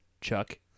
Chuck